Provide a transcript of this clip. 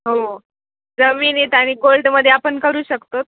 हो जमिनीत आणि गोल्डमध्ये आपण करू शकत आहोत